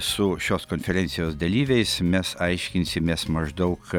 su šios konferencijos dalyviais mes aiškinsimės maždaug